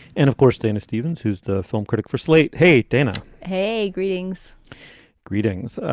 and of course, dana stevens, who's the film critic for slate. hey, dana hey, greetings greetings.